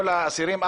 כל האסירים,